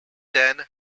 then